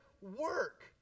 work